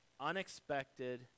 unexpected